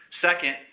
Second